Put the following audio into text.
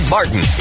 Martin